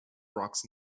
rocks